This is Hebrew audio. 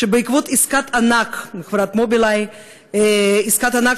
שבעקבות עסקת ענק למכירת "מובילאיי" עסקת ענק